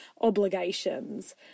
obligations